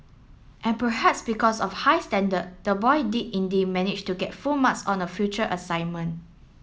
and perhaps because of high standard the boy did indeed manage to get full marks on a future assignment